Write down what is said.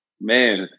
Man